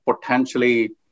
potentially